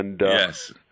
Yes